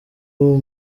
uwo